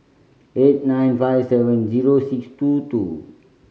eight nine five seven zero six two two